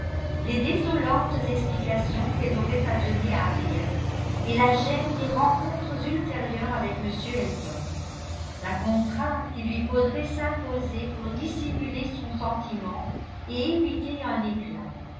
les désolantes explications qu'elle aurait à donner à harriet et la gêne des rencontres ultérieures avec m elton la contrainte qu'il lui faudrait s'imposer pour dissimuler son sentiment et éviter un éclat